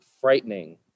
frightening